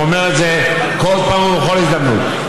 והוא אומר את זה כל פעם ובכל הזדמנות.